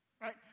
right